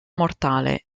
mortale